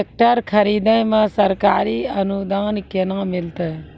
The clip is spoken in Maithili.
टेकटर खरीदै मे सरकारी अनुदान केना मिलतै?